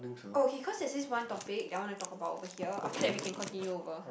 oh he cause there's this one topic that I want to talk about over here after that we can continue over